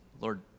Lord